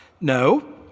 No